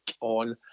on